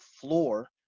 floor